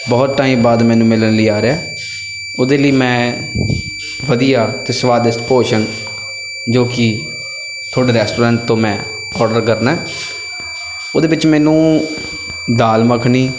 ਬਹੁਤ ਟਾਈਮ ਬਾਅਦ ਮੈਨੂੰ ਮਿਲਣ ਲਈ ਆ ਰਿਹਾ ਉਹਦੇ ਲਈ ਮੈਂ ਵਧੀਆ ਅਤੇ ਸਵਾਦਿਸ਼ਟ ਭੋਜਣ ਜੋ ਕਿ ਤੁਹਾਡੇ ਰੈਸਟੋਰੈਂਟ ਤੋਂ ਮੈਂ ਔਡਰ ਕਰਨਾ ਉਹਦੇ ਵਿੱਚ ਮੈਨੂੰ ਦਾਲ ਮੱਖਣੀ